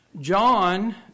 John